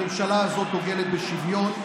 הממשלה הזאת דוגלת בשוויון,